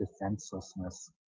defenselessness